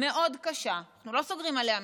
מאוד קשה, אנחנו לא סוגרים עליה מדינה.